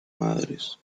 madres